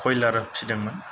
Kuroiler फिदोंमोन